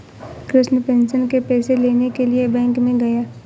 Krishna pension के पैसे लेने के लिए बैंक में गया